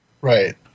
Right